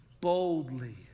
boldly